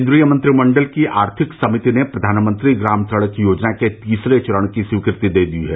केन्द्रीय मंत्रिमंडल की आर्थिक समिति ने प्रधानमंत्री ग्राम सड़क योजना के तीसरे चरण की स्वीकृति दे दी है